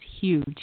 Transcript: huge